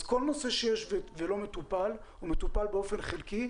כל נושא שלא מטופל או מטופל באופן חלקי,